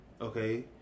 Okay